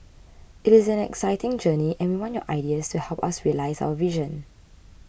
it is an exciting journey and we want your ideas to help us realise our vision